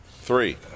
three